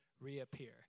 reappear